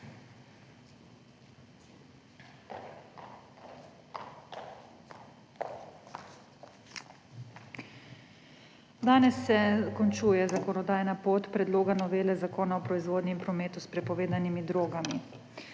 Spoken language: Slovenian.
Danes se končuje zakonodajna pot predloga novele Zakona o proizvodnji in prometu s prepovedanimi drogami.